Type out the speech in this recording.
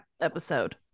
episode